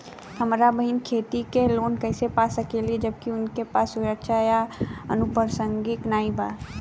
हमार बहिन खेती के लोन कईसे पा सकेली जबकि उनके पास सुरक्षा या अनुपरसांगिक नाई बा?